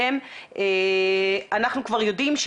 מה הם הפתרונות לטווח רחוק שאנחנו חייבים להיות מודעים אליהם ואיך